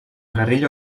guerrilla